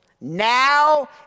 now